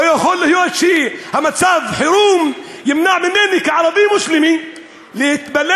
לא יכול להיות שמצב החירום ימנע ממני כערבי מוסלמי להתפלל